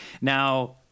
Now